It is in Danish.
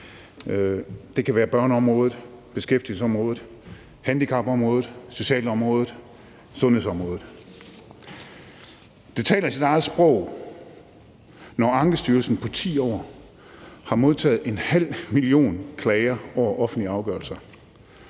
Det kan være børneområdet, beskæftigelsesområdet, handicapområdet, socialområdet, sundhedsområdet. Det taler sit eget sprog, når Ankestyrelsen på 10 år har modtaget en halv million klager over offentlige afgørelser.